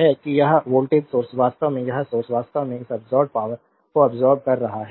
है कि यह वोल्टेज सोर्स वास्तव में यह सोर्स वास्तव में इस अब्सोर्बेद पावरको अब्सोर्बेद कर रहा है